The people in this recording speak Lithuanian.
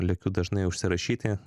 lekiu dažnai užsirašyti